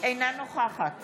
אינה נוכחת